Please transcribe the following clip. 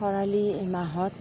খৰালি মাহত